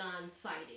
non-sighted